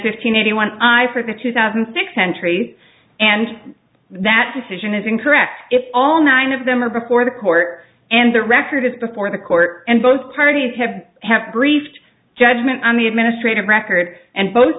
fifteen eighteen one eye for the two thousand six entries and that decision is incorrect if all nine of them are before the court and the record before the court and both parties have have briefed judgement on the administrative record and both